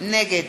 נגד